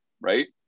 right